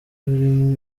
urimo